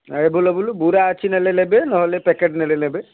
available ବୁରା ଅଛି ନେଲେ ନେବେ ନହେଲେ ପ୍ୟାକେଟ୍ ନେଲେ ନେବେ